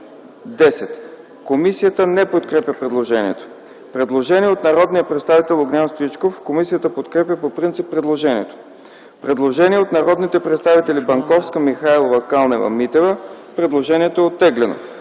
10.” Комисията не подкрепя предложението. Има предложение от народния представител Огнян Стоичков. Комисията подкрепя по принцип предложението. Има предложение от народните представители Банковска, Михайлова, Канева-Митева – предложението е оттеглено.